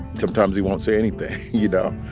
sometimes he won't say anything. you know,